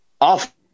off